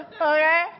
Okay